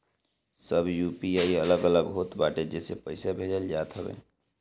सबकर यू.पी.आई अलग अलग होत बाटे जेसे पईसा भेजल जात हवे